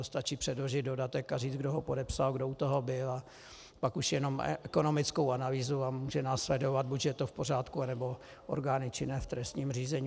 Stačí předložit dodatek a říct, kdo ho podepsal, kdo u toho byl, a pak už jenom ekonomickou analýzu a může následovat: buď je to v pořádku, anebo orgány činné v trestním řízení.